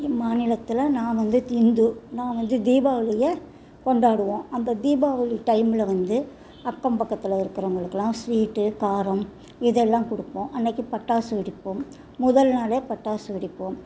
என் மாநிலத்தில் நான் வந்து தி இந்து நான் வந்து தீபாவளியை கொண்டாடுவோம் அந்த தீபாவளி டைமில் வந்து அக்கம் பக்கத்தில் இருக்கிறவங்களுக்குலாம் ஸ்வீட்டு காரம் இதெல்லாம் கொடுப்போம் அன்றைக்கி பட்டாசு வெடிப்போம் முதல் நாள் பட்டாசு வெடிப்போம்